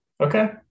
Okay